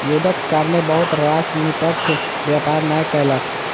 युद्धक कारणेँ बहुत राष्ट्र निष्पक्ष व्यापार नै कयलक